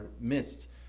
midst